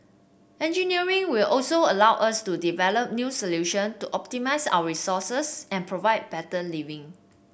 engineering will also allow us to develop new solution to optimise our resources and provide better living